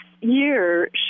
year